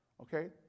okay